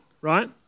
right